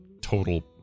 total